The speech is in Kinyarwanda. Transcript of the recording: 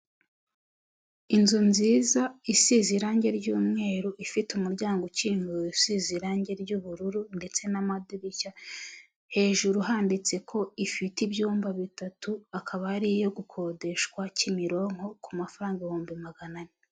Inzu nziza isize irangi ry'umweru ifite umuryango ukinguye, usize irange ry'ubururu ndetse n'amadirishya, hejuru handitse ko ifite ibyumba bitatu, akaba ari iyo gukodeshwa Kimironko ku mafaranga ibihumbi magana ane.